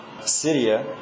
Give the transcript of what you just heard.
Syria